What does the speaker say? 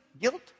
guilt